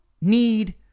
need